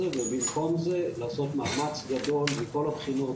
ובמקום הזה לעשות מאמץ גדול מכל הבחינות.